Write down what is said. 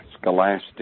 scholastic